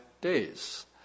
days